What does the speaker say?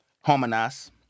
Harmonize